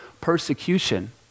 persecution